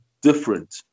different